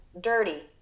dirty